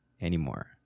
anymore